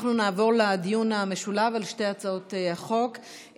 אנחנו נעבור לדיון המשולב על שתי הצעות החוק.